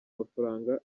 mafaranga